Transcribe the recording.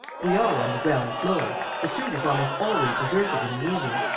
we are on the ground-floor. the street is almost always deserted, in the evenings.